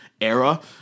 era